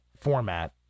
format